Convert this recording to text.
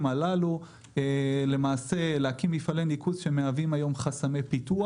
הללו להקים מפעלי ניקוז שמהווים היום חסמי פיתוח.